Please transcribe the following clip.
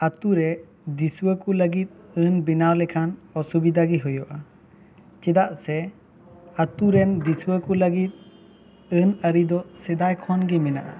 ᱟᱛᱳ ᱨᱮ ᱫᱤᱥᱣᱟᱹ ᱠᱚ ᱞᱟᱹᱜᱤᱫ ᱟᱹᱱ ᱵᱮᱱᱟᱣ ᱞᱮᱠᱷᱟᱱ ᱚᱥᱩᱵᱤᱫᱷᱟ ᱜᱮ ᱦᱩᱭᱩᱜ ᱟ ᱪᱮᱫᱟᱜ ᱥᱮ ᱟᱛᱳ ᱨᱮᱱ ᱫᱤᱥᱣᱟᱹ ᱠᱚ ᱞᱟᱹᱜᱤᱫ ᱟᱹᱱ ᱟᱹᱨᱤ ᱫᱚ ᱥᱮᱫᱟᱭ ᱠᱷᱚᱱ ᱜᱮ ᱢᱮᱱᱟᱜ ᱟ